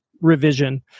revision